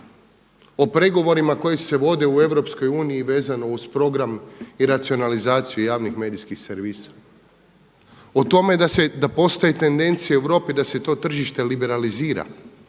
o pregovorima koji se vode u EU vezano uz program i racionalizaciju javnih medijskih servisa, o tome da postoji tendencija u Europi da se to tržište liberalizira